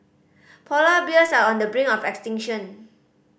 polar bears are on the brink of extinction